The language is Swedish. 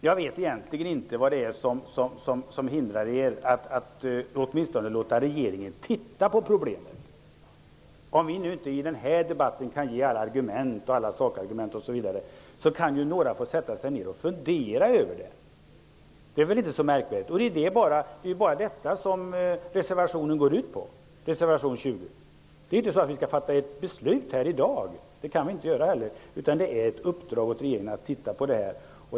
Jag vet egentligen inte vad det är som hindrar er från att åtminstone låta regeringen titta på problemet. Om vi inte i den här debatten kan ge alla sakargument kan ju några få sätta sig ner och fundera över det. Det är väl inte så märkvärdigt. Det är detta som reservation 20 går ut på. Det är inte så att vi skall fatta ett beslut här i dag. Det kan vi inte göra heller. Det är ett uppdrag till regeringen att titta på detta.